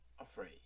afraid